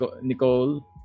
Nicole